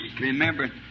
remember